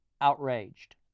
outraged